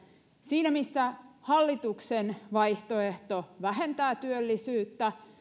siinä missä hallituksen vaihtoehto vähentää työllisyyttä